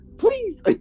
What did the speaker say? Please